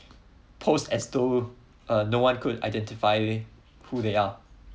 posed as though uh no one could identify who they are